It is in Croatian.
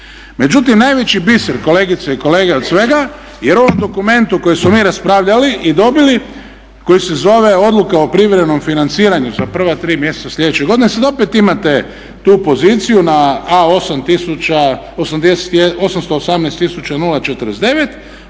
Međutim, najveći biser kolegice i kolege od svega, jer u ovom dokumentu o kojem smo mi raspravljali i dobili koji se zove Odluka o privremenom financiranju za prva tri mjeseca sljedeće godine, sada opet imate tu poziciju na A 818